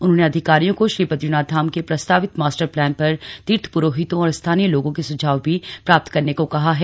उन्होंने अधिकारियों को श्री बदरीनाथ धाम के प्रस्तावित मास्टर प्लान पर तीर्थ पुरोहितों और स्थानीय लोगों के सुझाव भी प्राप्त करने को कहा है